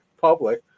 public